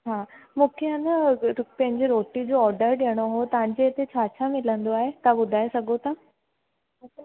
हा मूंखे आहे न पंहिंजी रोटी जो ऑडर ॾिअणो हो तव्हांजे हिते छा छा मिलंदो आहे तव्हां ॿुधाइ सघो था